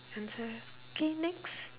answer K next